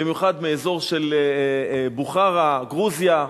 במיוחד מאזור של בוכרה, גרוזיה,